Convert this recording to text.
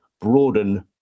broaden